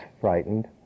frightened